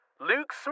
Luke